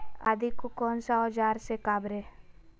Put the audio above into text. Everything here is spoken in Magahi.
आदि को कौन सा औजार से काबरे?